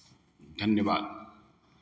धन्यवाद